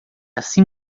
assim